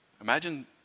Imagine